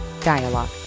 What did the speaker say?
dialogue